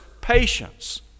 patience